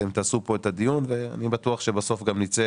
אתם תעשו כאן את הדיון ואני בטוח שבסוף גם נצא